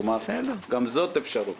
כלומר, גם זו אפשרות.